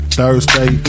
Thursday